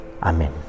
Amen